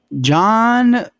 John